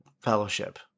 Fellowship